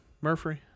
Murphy